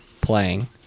playing